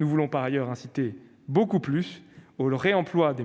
Nous voulons par ailleurs inciter beaucoup plus au réemploi des